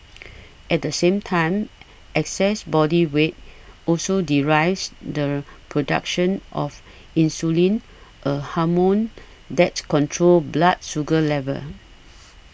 at the same time excess body weight also derives the production of insulin a hormone that controls blood sugar levels